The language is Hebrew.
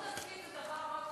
מודעות עצמית זה דבר מאוד חשוב.